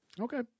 Okay